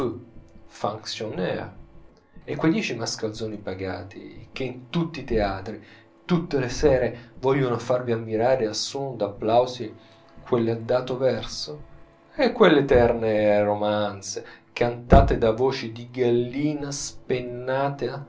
fonctionnaire e quei dieci mascalzoni pagati che in tutti i teatri tutte le sere vogliono farvi ammirare a suono d'applausi quel dato verso e quelle eterne romanze cantate da voci di gallina